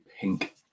pink